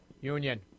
Union